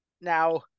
Now